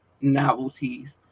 Novelties